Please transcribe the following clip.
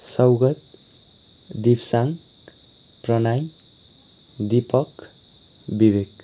Saugat Deepsan Pranay Deepak Vivek